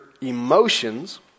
emotions